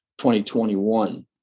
2021